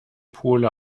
pole